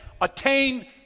attain